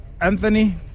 Anthony